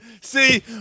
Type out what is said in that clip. See